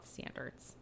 standards